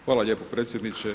Hvala lijepo predsjedniče.